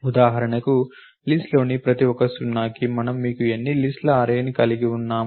ఉదాహరణకు లిస్ట్ లోని ప్రతి ఒక్క సున్నాకి మనము మీకు ఎన్ని లిస్ట్ ల అర్రే ని కలిగి ఉన్నాము